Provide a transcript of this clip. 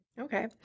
Okay